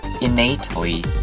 innately